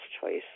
choice